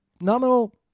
nominal